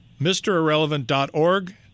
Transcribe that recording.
MrIrrelevant.org